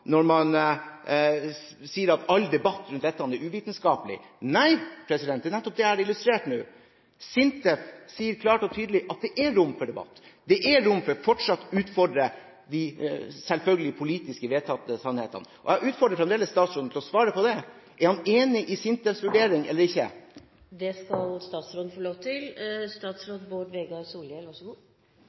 når man sier at all debatt rundt dette er uvitenskapelig. Nei, det er nettopp det jeg har illustrert nå. SINTEF sier klart og tydelig at det er rom for debatt, det er rom for fortsatt å utfordre de selvfølgelige politisk vedtatte sannhetene. Og jeg utfordrer fremdeles statsråden til å svare på det. Er han enig i SINTEFs vurdering eller ikke?